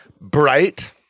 bright